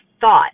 thought